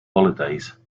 holidays